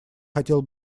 хотел